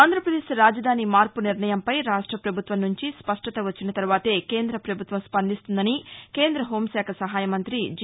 ఆంధ్రాప్రదేశ్ రాజధాని మార్పు నిర్ణయంపై రాష్ట పభుత్వం నుంచి స్పష్టత వచ్చిన తర్వాతే కేంద్రాపభుత్వం స్పందిస్తుందని కేంద్ర హోంశాఖ సహాయమంత్రి జి